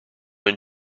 and